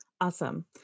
Awesome